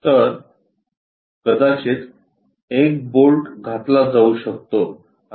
तर कदाचित एक बोल्ट घातला जाऊ शकतो आणि घट्ट केला जाऊ शकतो